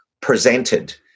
presented